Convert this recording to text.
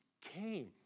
came